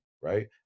right